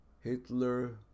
hitler